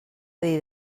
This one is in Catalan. dir